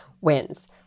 wins